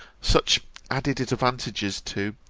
such added advantages, too,